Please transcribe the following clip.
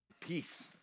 Peace